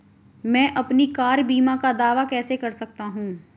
मैं अपनी कार बीमा का दावा कैसे कर सकता हूं?